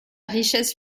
richesse